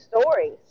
stories